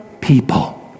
people